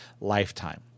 lifetime